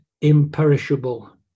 imperishable